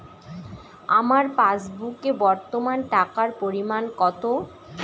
আমার পাসবুকে বর্তমান টাকার পরিমাণ কত?